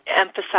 emphasize